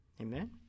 Amen